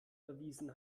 erwiesen